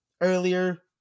earlier